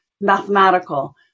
mathematical